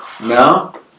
No